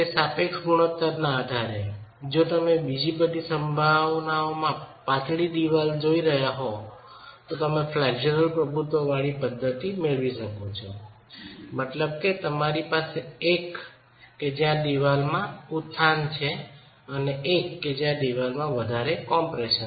સાપેક્ષ ગુણોત્તરના આધારે જો તમે બધી સંભાવનાઓમાં પાતળી દીવાલ જોઈ રહ્યા હોવ તો તમે ફ્લેક્ચર પ્રભુત્વવાળી પદ્ધતિ મેળવી શકો છો મતલબ કે તમારી પાસે એક કે જ્યાં દિવાલમાં ઉત્થાન છે અને એક કે જ્યાં દિવાલમાં વધારે કમ્પ્રેશન છે